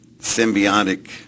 symbiotic